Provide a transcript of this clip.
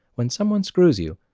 when someone screws you,